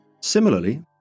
Similarly